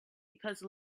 because